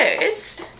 first